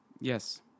yes